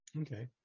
Okay